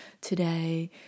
today